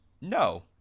no